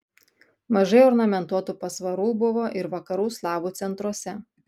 mažai ornamentuotų pasvarų buvo ir vakarų slavų centruose